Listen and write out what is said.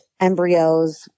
embryos